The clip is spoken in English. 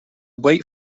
wait